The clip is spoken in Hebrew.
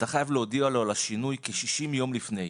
אתה חייב להודיע לו על השינוי כ-60 יום לפני,